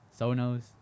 Sonos